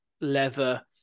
leather